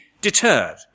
deterred